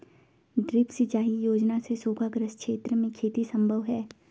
drip सिंचाई योजना से सूखाग्रस्त क्षेत्र में खेती सम्भव है